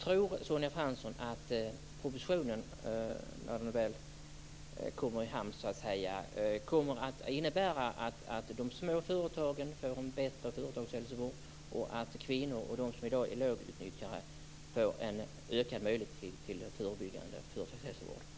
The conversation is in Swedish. Tror Sonja Fransson att propositionen när den väl kommer i hamn kommer att innebära att de små företagen får en bättre företagshälsovård och att kvinnor och de som i dag är lågutnyttjade får en ökad möjlighet till en förebyggande företagshälsovård?